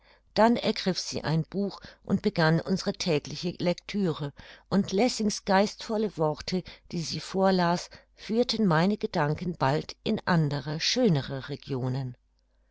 dann ergriff sie ein buch und begann unsere tägliche lektüre und lessings geistvolle worte die sie mir vorlas führten meine gedanken bald in andere schönere regionen